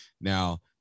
Now